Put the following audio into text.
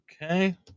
Okay